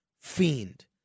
fiend